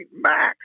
max